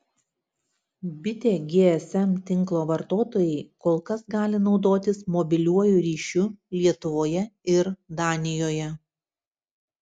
bitė gsm tinklo vartotojai kol kas gali naudotis mobiliuoju ryšiu lietuvoje ir danijoje